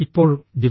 ഇപ്പോൾ ജി